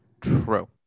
True